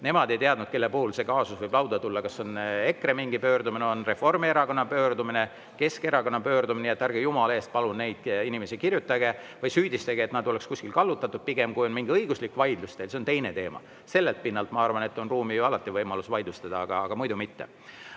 Nemad ei teadnud, kelle puhul see kaasus võib lauda tulla, kas on EKRE mingi pöördumine, on Reformierakonna pöördumine, Keskerakonna pöördumine. Ärge jumala eest palun neid inimesi süüdistage, et nad oleksid kuidagi kallutatud. Aga kui teil on mingi õiguslik vaidlus, siis see on teine teema. Sellelt pinnalt, ma arvan, on alati võimalus vaidlustada, aga muidu mitte.